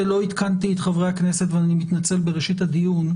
לא עדכנתי את חברי הכנסת בראשית הדיון,